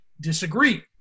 disagree